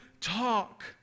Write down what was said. Talk